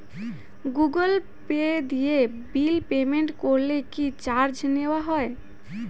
Google Pay দিয়ে bill payment করলে কি চার্জ নেওয়া হয়?